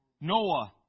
Noah